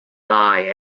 die